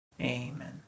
Amen